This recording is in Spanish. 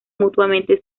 mutuamente